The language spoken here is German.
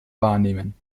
wahrnehmen